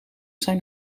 zijn